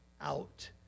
out